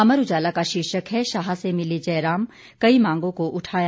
अमर उजाला का शीर्षक है शाह से मिले जयराम कई मांगों को उठाया